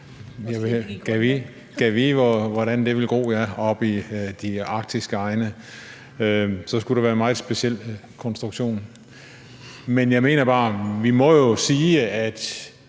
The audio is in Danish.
Ja, gad vide, hvordan det ville gro oppe i de arktiske egne. Så skulle det være en meget speciel konstruktion. Men jeg mener jo bare, at vi må sige, at